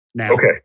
Okay